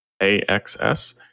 A-X-S